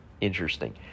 interesting